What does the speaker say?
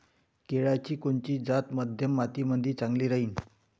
केळाची कोनची जात मध्यम मातीमंदी चांगली राहिन?